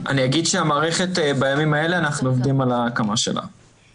אני אגיד שבימים האלה אנחנו עובדים על ההקמה של המערכת.